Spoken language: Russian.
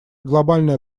глобальная